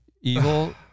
Evil